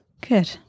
Good